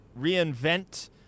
reinvent